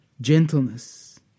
gentleness